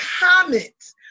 comments